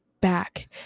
back